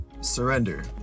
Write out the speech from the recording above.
Surrender